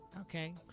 Okay